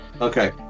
Okay